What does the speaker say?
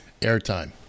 airtime